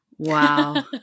Wow